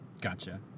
gotcha